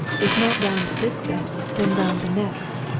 if not round this bend, then round the next,